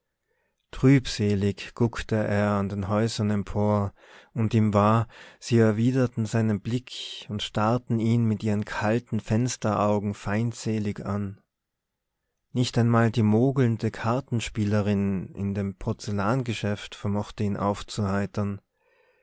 trübselig guckte er an den häusern empor und ihm war sie erwiderten seinen blick und starrten ihn mit ihren kalten fensteraugen feindselig an nicht einmal die mogelnde kartenspielerin in dem porzellangeschäft vermochte ihn aufzuheitern